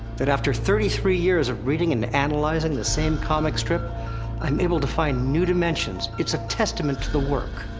that after thirty three years of reading and analyzing the same comic strip i'm able to find new dimensions. it's a testament to the work.